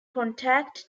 contact